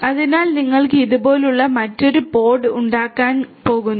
അതിനാൽ നിങ്ങൾക്ക് ഇതുപോലുള്ള മറ്റൊരു പോഡ് ഉണ്ടാകാൻ പോകുന്നു